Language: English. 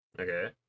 Okay